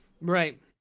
Right